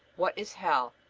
what is hell?